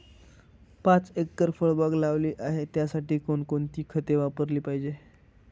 पाच एकर फळबाग लावली आहे, त्यासाठी कोणकोणती खते वापरली पाहिजे?